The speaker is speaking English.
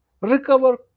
recover